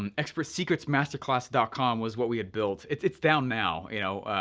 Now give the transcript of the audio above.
um expertssecretsmasterclass dot com was what we had built. it's it's down now, you know,